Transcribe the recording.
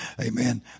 amen